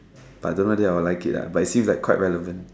but I don't know whether I will like it ah but it seems like quite relevant